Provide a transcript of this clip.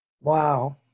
Wow